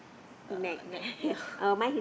uh neck yeah